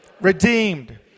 redeemed